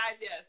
yes